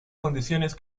condiciones